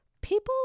people